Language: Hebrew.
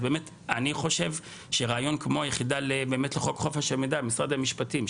אז באמת אני חושב שרעיון כמו היחידה לחוק חופש המידע במשרד המשפטים,